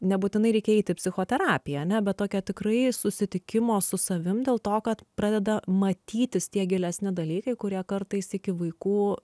nebūtinai reikia eit į psichoterapiją ane bet tokią tikrai susitikimo su savim dėl to kad pradeda matytis tie gilesni dalykai kurie kartais iki vaikų